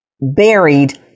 buried